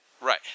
Right